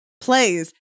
plays